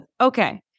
okay